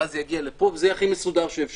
ואז זה יגיע לפה, וזה יהיה הכי מסודר שאפשר.